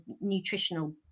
nutritional